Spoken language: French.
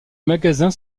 magasins